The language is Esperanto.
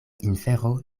infero